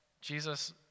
Jesus